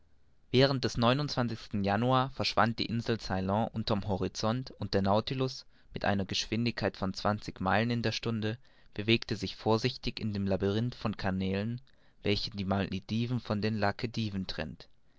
während des januar verschwand die insel ceylon unter'm horizont und der nautilus mit einer geschwindigkeit von zwanzig meilen in der stunde bewegte sich vorsichtig in dem labyrinth von canälen welche die malediven von den lakadiven trennen